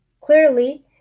Clearly